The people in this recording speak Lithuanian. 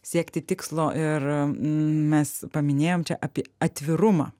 siekti tikslo ir mes paminėjom čia apie atvirumą